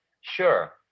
Sure